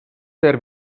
der